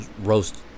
roast